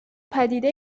پدیده